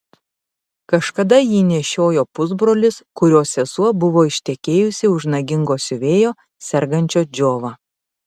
kažkada jį nešiojo pusbrolis kurio sesuo buvo ištekėjusi už nagingo siuvėjo sergančio džiova